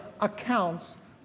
accounts